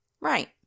Right